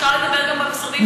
אפשר לדבר גם במשרדים שלנו.